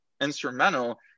instrumental